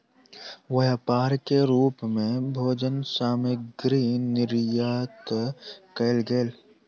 व्यापार के रूप मे भोजन सामग्री निर्यात कयल गेल